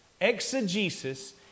exegesis